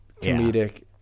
comedic